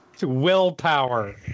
Willpower